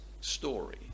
story